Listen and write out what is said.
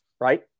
right